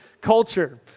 culture